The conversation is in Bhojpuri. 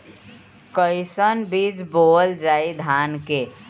कईसन बीज बोअल जाई धान के?